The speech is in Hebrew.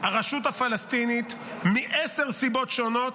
הרשות הפלסטינית, מעשר סיבות שונות,